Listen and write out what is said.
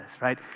right